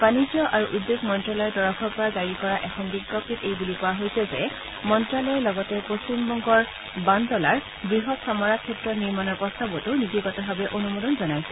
বাণিজ্য আৰু উদ্যোগ মন্ত্ৰ্যালয়ৰ তৰফৰ পৰা জাৰী কৰা এখন বিজ্ঞপ্তিত এই বুলি কোৱা হৈছে যে মন্ত্যালয়ে লগতে পশ্চিমবংগৰ বানতলাৰ বৃহৎ চামৰা ক্ষেত্ৰ নিৰ্মাণৰ প্ৰস্তাৱতো নীতিগতভাৱে অনুমোদন জনাইছে